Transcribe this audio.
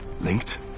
linked